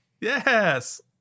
Yes